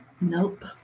Nope